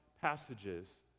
passages